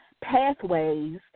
pathways